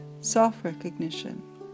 self-recognition